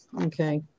Okay